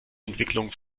entwicklung